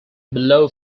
below